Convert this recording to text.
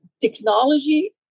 Technology